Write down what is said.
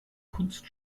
kunst